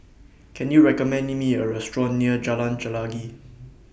Can YOU recommend Me A Restaurant near Jalan Chelagi